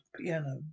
Piano